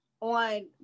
on